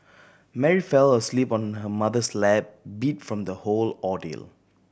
Mary fell asleep on her mother's lap beat from the whole ordeal